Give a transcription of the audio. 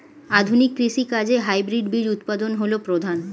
আধুনিক কৃষি কাজে হাইব্রিড বীজ উৎপাদন হল প্রধান